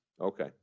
Okay